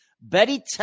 Betty